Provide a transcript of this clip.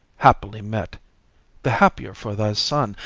happily met the happier for thy son.